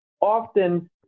often